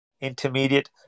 intermediate